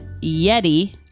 yeti